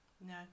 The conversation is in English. No